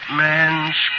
man's